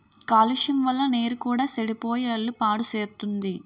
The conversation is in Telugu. కాలుష్యం వల్ల నీరు కూడా సెడిపోయి ఒళ్ళు పాడుసేత్తుంది